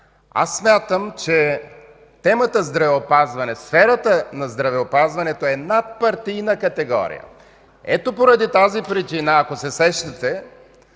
Смятам, че темата „Здравеопазване”, сферата на здравеопазването е надпартийна категория. По тази причина, ако се сещате